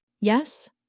Yes